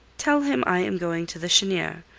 tell him i am going to the cheniere.